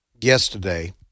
yesterday